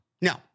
No